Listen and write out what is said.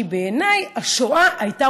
כי בעיניי השואה הייתה